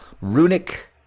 runic